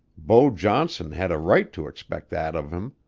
beau johnson had a right to expect that of him.